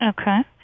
Okay